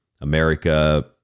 America